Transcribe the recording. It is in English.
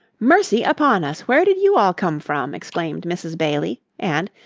mercy upon us, where did you all come from? exclaimed mrs. bailey, and,